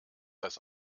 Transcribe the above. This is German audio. das